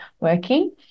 working